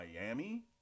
Miami